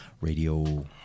Radio